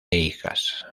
hijas